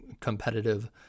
competitive